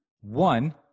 One